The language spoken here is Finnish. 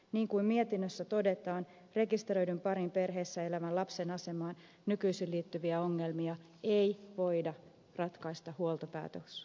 niin kuin mietinnössä todetaan rekisteröidyn parin perheessä elävän lapsen asemaan nykyisin liittyviä ongelmia ei voida ratkaista huoltopäätöksen avulla